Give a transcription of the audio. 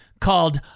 called